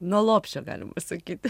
nuo lopšio galima sakyti